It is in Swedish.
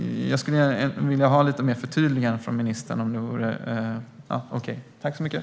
Jag skulle vilja ha lite mer förtydliganden från ministern om det är okej.